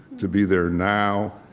to be there now,